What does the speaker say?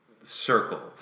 circle